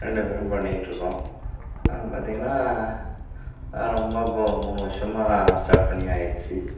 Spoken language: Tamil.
ரெண்டு பேரும் பண்ணிட்யிருக்கோம் அது பார்த்திங்கனா ரொம்ப இப்போ ஒரு மூணு வருஷமாக ஸ்டார்ட் பண்ணி ஆயிருச்சு